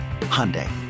Hyundai